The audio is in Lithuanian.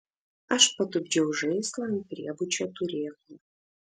aš patupdžiau žaislą ant priebučio turėklų